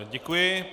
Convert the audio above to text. Děkuji.